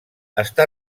està